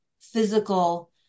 physical